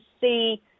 see